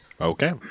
Okay